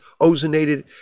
ozonated